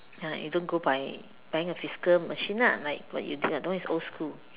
ya you don't go buy buying a physical machine lah like what you did ah that one is old school